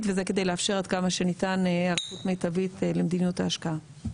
וזה כדי לאפשר עד כמה שניתן היערכות מיטבית למדיניות ההשקעה.